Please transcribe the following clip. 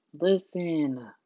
listen